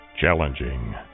Challenging